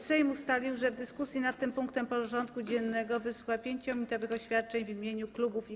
Sejm ustalił, że w dyskusji nad tym punktem porządku dziennego wysłucha 5-minutowych oświadczeń w imieniu klubów i koła.